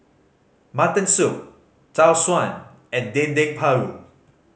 mutton soup Tau Suan and Dendeng Paru